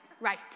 Right